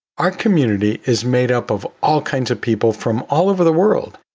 our community is made up of all kinds of people from all over the world,